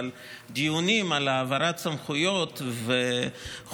אבל דיונים על העברת סמכויות וכו',